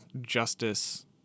justice